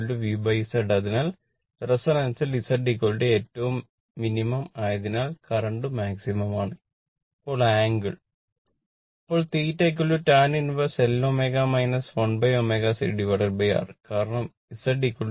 IVZ ആയതിനാൽ റെസൊണൻസിൽ Z ഏറ്റവും മിനിമം ആയതിനാൽ കറന്റ് മാക്സിമം ആണ് ഇപ്പോൾ ആംഗിൾ